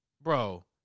bro